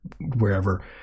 wherever